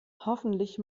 hoffentlich